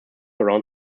around